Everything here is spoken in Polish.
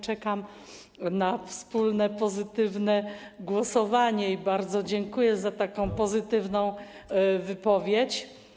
Czekam na wspólne pozytywne głosowanie i bardzo dziękuję za taką pozytywną wypowiedź.